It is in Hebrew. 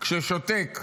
חושב שראש ממשלה ששותק,